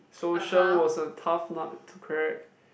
so Shen was a tough nut to crack